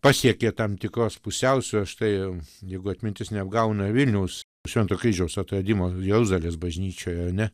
pasiekė tam tikros pusiausvyros štai jeigu atmintis neapgauna vilniaus švento kryžiaus atradimo jos dalies bažnyčioje ar ne